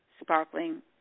sparkling